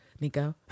Nico